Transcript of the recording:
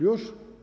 Już?